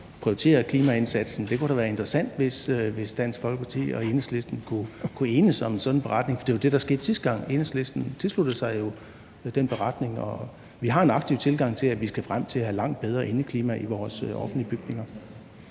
og prioriterer klimaindsatsen. Det kunne da være interessant, hvis Dansk Folkeparti og Enhedslisten kunne enes om sådan en beretning, for det var det, der skete sidste gang. Enhedslisten tilsluttede sig jo den beretning, og vi har en aktiv tilgang til, at vi skal frem til at have et langt bedre indeklima i vores offentlige bygninger.